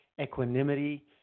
equanimity